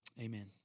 Amen